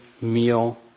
meal